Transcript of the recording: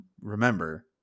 remember